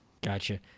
Gotcha